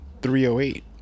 308